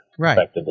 Right